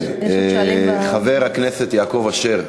חבר הכנסת יעקב אשר,